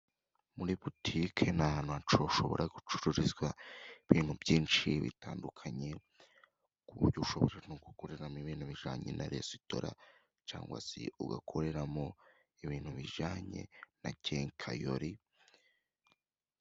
Muri butike ni ahantutu hashobora gucururizwa ibintu byinshi bitandukanye, ku buryo ushobora no gukoreramo ibintu bijyanye na resitora, cyangwa se ugakoreramo ibintu bijyanye na kenkayori.